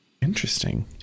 Interesting